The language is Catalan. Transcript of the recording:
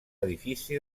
edifici